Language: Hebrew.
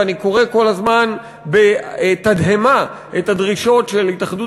ואני קורא כל הזמן בתדהמה את הדרישות של התאחדות